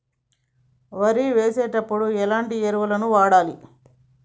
వరి వేసినప్పుడు ఎలాంటి ఎరువులను వాడాలి?